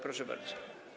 Proszę bardzo.